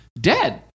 dead